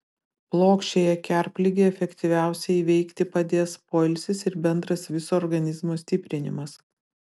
plokščiąją kerpligę efektyviausiai įveikti padės poilsis ir bendras viso organizmo stiprinimas